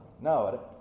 No